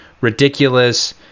ridiculous